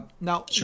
Now